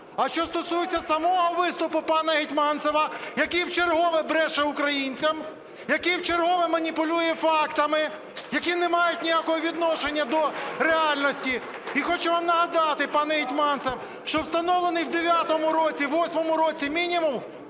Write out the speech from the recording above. А що стосується самого виступу пана Гетманцева, який вчергове бреше українцям, який вчергове маніпулює фактами, які не мають ніякого відношення до реальності. І хочу вам нагадати, пане Гетманцев, що встановлений в 2009 році, в 2008 році мінімум